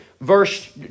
verse